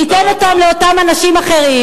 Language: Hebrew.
ייתן אותו לאותם אנשים אחרים,